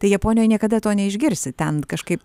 tai japonijoj niekada to neišgirsi ten kažkaip